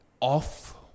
off